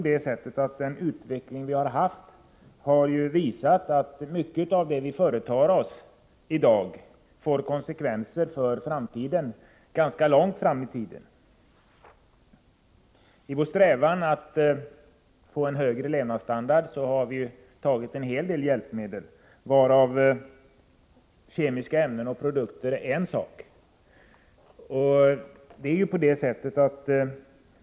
Den utveckling som vi upplevt har visat att mycket av det som vi företar oss i dag får konsekvenser för framtiden, också ganska långt fram i tiden. I vår strävan att få högre levnadsstandard har vi använt en hel del hjälpmedel — bl.a. kemiska ämnen och produkter.